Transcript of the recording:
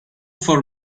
for